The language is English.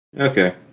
Okay